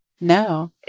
No